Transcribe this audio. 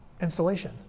installation